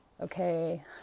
okay